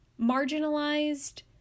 marginalized